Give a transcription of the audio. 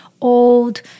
old